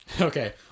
Okay